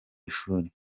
ishuri